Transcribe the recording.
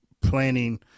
planning